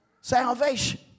salvation